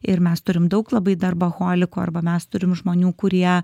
ir mes turim daug labai darboholikų arba mes turim žmonių kurie